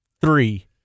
three